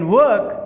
work